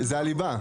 הליבה,